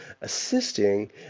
assisting